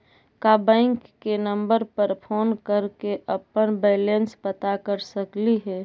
का बैंक के नंबर पर फोन कर के अपन बैलेंस पता कर सकली हे?